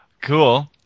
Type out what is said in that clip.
Cool